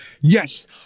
yes